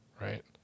right